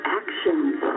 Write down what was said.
actions